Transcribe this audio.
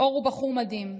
אור הוא בחור מדהים,